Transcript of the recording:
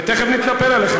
אני תכף מתנפל עליכם,